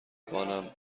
بانم